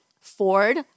Ford